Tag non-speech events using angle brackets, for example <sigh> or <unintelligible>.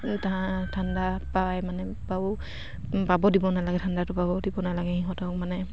ঠাণ্ডা পাই মানে <unintelligible> পাব দিব নালাগে ঠাণ্ডাটো পাব দিব নালাগে সিহঁতক মানে